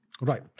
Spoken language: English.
Right